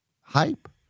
hype